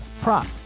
prop